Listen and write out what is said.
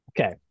Okay